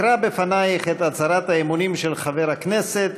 אקרא בפנייך את הצהרת האמונים של חבר הכנסת,